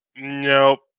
Nope